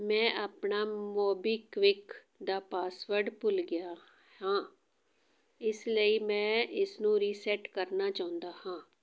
ਮੈਂ ਆਪਣਾ ਮੋਬੀਕਵਿਕ ਦਾ ਪਾਸਵਰਡ ਭੁੱਲ ਗਿਆ ਹਾਂ ਇਸ ਲਈ ਮੈਂ ਇਸਨੂੰ ਰੀਸੈਟ ਕਰਨਾ ਚਾਹੁੰਦਾ ਹਾਂ